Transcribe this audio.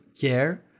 care